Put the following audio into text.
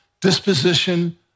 disposition